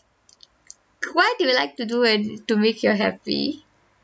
what do you like to do and to make you happy